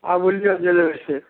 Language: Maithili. आबू लिअ जे लेबै से